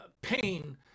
pain